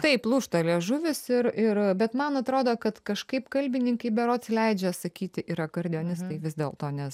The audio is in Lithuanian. taip lūžta liežuvis ir ir bet man atrodo kad kažkaip kalbininkai berods leidžia sakyti ir akordeonistai vis dėlto nes